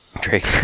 Drake